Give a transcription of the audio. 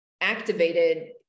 activated